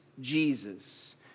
Jesus